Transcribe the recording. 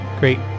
great